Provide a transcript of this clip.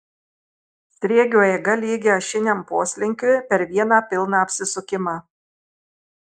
sriegio eiga lygi ašiniam poslinkiui per vieną pilną apsisukimą